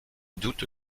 doute